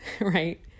right